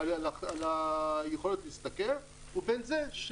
הייתי רוצה והייתי יכול להכשיר עוד יותר אני חושב